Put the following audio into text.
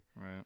Right